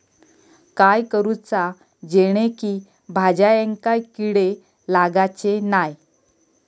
काय करूचा जेणेकी भाजायेंका किडे लागाचे नाय?